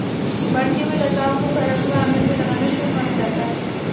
बढ़ती हुई लताओं को घर अथवा आंगन में लगाना शुभ माना जाता है